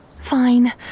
Fine